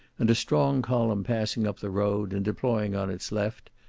and a strong column passing up the road, and deploying on its left,